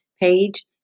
page